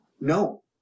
No